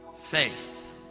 Faith